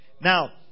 Now